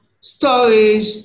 storage